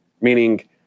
Meaning